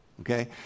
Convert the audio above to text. Okay